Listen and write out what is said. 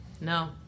no